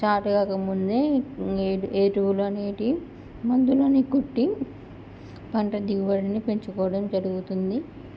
start కాకముందే ఎరువులు అనేటివి మందులని కొట్టి పంట దిగుబడిని పెంచుకోవడం జరుగుతుంది